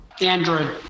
Android